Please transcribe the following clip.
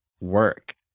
work